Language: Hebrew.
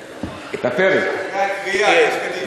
אחרי קריעה יש קדיש.